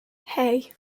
hey